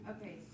Okay